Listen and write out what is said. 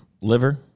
liver